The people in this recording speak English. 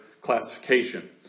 classification